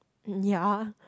mm ya